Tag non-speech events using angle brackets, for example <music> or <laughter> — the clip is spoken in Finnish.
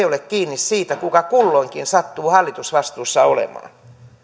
<unintelligible> ole kiinni siitä kuka kulloinkin sattuu hallitusvastuussa olemaan